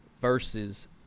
versus